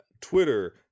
Twitter